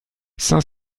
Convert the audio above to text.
cinq